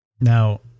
Now